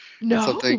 No